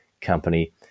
company